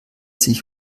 sich